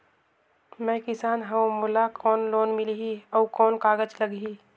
मैं किसान हव मोला कौन लोन मिलही? अउ कौन कागज लगही?